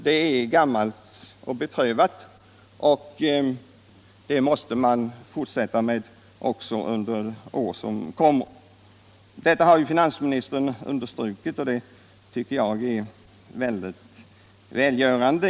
Det är ett gammalt och beprövat medel, och det måste vi fortsätta med också under år som kommer. Detta har finansministern understrukit, och det tycker jag är mycket välgörande.